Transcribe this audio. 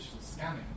scanning